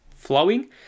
Flowing